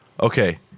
Okay